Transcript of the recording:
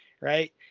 right